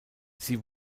sie